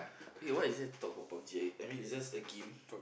eh what is there to talk about Pub-G I I mean it's just a game